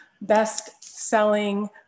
best-selling